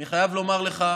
אני חייב לומר לך,